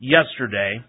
Yesterday